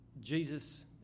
Jesus